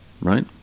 right